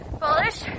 Bullish